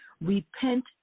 Repent